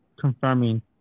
confirming